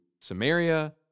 Samaria